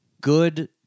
good